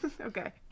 okay